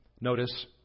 Notice